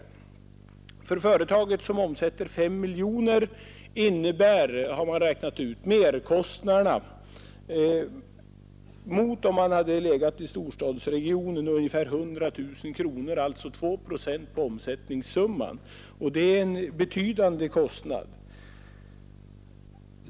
För företaget, som omsätter 5 miljoner kronor, blir merkostnaderna ungefär 100 000 kronor jämfört med de kostnader som skulle ha uppstått, om företaget legat i storstadsregionen. Det är alltså 2 procent på omsättningssumman, vilket är en betydande kostnad.